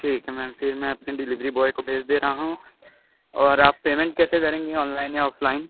ठीक है मैम फिर मैं अपने डिलीवरी बॉय को भेज देता रहा हूँ और आप पेमेंट कैसे करेंगी ऑनलाइन या ऑफ़लाइन